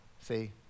See